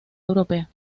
europea